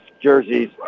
jerseys